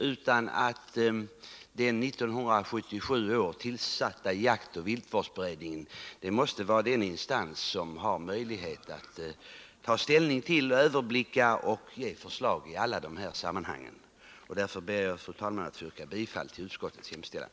Den år 1977 tillsatta jaktoch viltvårdsberedningen måste vara den instans som har de bästa möjligheterna att överblicka dessa frågor och att ta ställning till dem och lägga fram förslag i det här sammanhanget. Jag ber därför, fru talman, att få yrka bifall till utskottets hemställan.